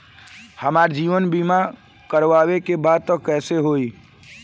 हमार जीवन बीमा करवावे के बा त कैसे होई?